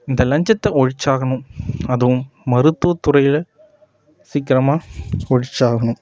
இந்த லஞ்சத்தை ஒழித்தாகணும் அதுவும் மருத்துவத்துறையில் சீக்கிரமா ஒழித்தாகணும்